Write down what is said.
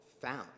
found